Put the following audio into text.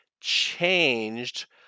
changed